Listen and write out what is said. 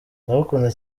ndagukunda